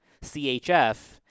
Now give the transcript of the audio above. CHF